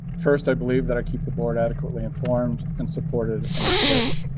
first, i believe that i keep the board adequately informed and supported in its work.